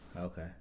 Okay